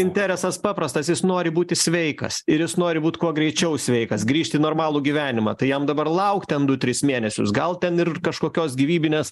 interesas paprastas jis nori būti sveikas ir jis nori būt kuo greičiau sveikas grįžti į normalų gyvenimą tai jam dabar laukt ten du tris mėnesius gal ten ir kažkokios gyvybinės